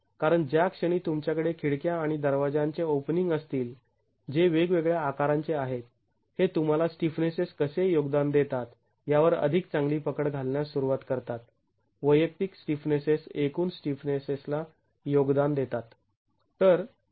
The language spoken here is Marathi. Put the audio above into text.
कारण ज्या क्षणी तुमच्याकडे खिडक्या आणि दरवाज्यांचे ओपनिंग असतील जे वेगवेगळ्या आकारांचे आहेत हे तुम्हाला स्टिफनेसेस कसे योगदान देतात यावर अधिक चांगली पकड घालण्यास सुरूवात करतात वैयक्तिक स्टिफनेसेस एकूण स्टिफनेसला योगदान देतात